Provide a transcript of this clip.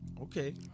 Okay